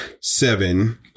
seven